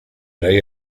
rey